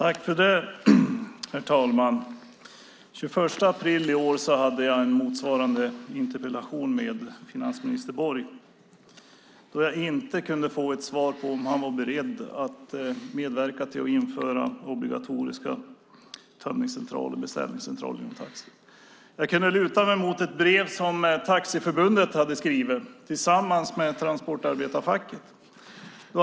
Herr talman! Den 21 april i år hade jag en motsvarande interpellationsdebatt med finansminister Borg. Då kunde jag inte få något svar på frågan om han var beredd att medverka till att införa obligatoriska tömnings och beställningscentraler inom taxi. Jag kunde luta mig mot ett brev som Taxiförbundet hade skrivit tillsammans med transportarbetarfacket.